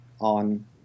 on